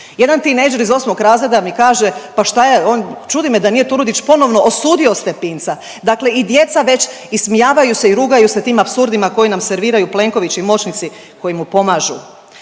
Jedan tinejdžer iz 8 razreda mi kaže, pa šta je on, čudi me da nije Turudić ponovno osudio Stepinca, dakle i djeca već ismijavaju se i rugaju se tim apsurdima koje nam serviraju Plenković i moćnici koji mu pomažu.